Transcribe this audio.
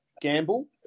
gamble